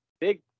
big